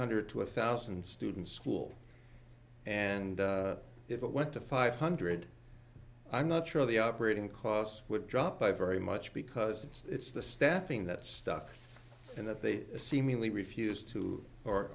hundred to one thousand students school and if it went to five hundred i'm not sure the operating costs would drop by very much because it's the staffing that stuck and that they seemingly refuse to or